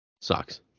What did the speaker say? Sucks